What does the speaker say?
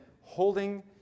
holding